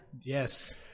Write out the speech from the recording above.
Yes